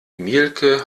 mielke